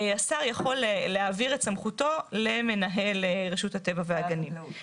השר יכול להעביר את סמכותו למנהל רשות הטבע והגנים.